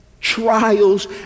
trials